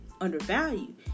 undervalued